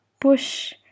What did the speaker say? push